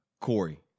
Corey